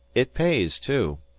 it pays, too.